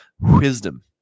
wisdom